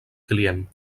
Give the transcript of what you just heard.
client